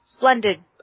Splendid